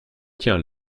tiens